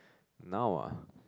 now ah